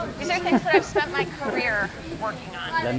these are things that i have spent my career working on.